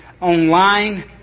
online